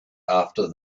after